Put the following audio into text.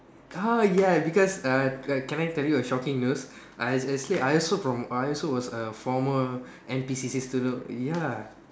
oh ya because uh uh can I tell you a shocking news I actually I also from I also was a former N_P_C_C student ya